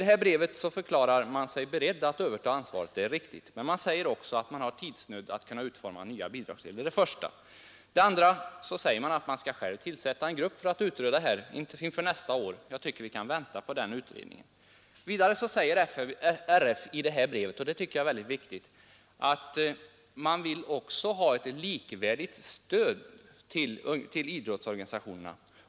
Det är riktigt att man på Riksidrottsförbundet i det brevet förklarar sig beredd att överta ansvaret, men det sägs också att man befinner sig i tidsnöd när det gäller att utforma nya bidragsregler. Det är det första. För det andra sägs det att man själv skall tillsätta en grupp för att utreda dessa saker inför nästa år, och jag tycker att vi kan vänta på den utredningen. Vidare sägs det i brevet — och det tycker jag är mycket viktigt — att man också vill ha ett likvärdigt stöd till idrottsorganisationerna.